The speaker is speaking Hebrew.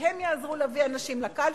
והם יעזרו להביא אנשים לקלפי,